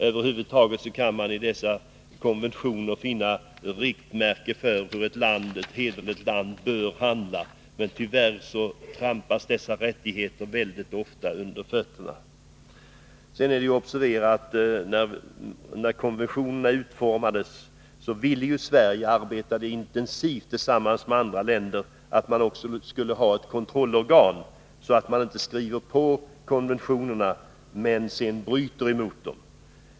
Över huvud taget kan man i dessa konventioner finna riktmärken för hur ett hederligt land bör handla, men tyvärr förtrampas dessa rättigheter ofta. Att observera är att när konventionerna utformades arbetade Sverige intensivt tillsammans med andra länder för att också få till stånd ett kontrollorgan, så att stater som skriver på konventionerna inte sedan bryter mot dem.